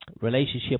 relationship